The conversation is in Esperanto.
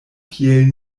kiel